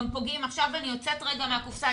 עכשיו אני יוצאת רגע מהקופסה.